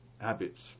habits